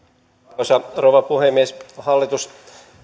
arvoisa rouva puhemies hallitus